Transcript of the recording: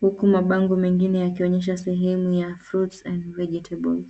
huku mabango mengine yakionyesha sehemu ya fruits and vegetables .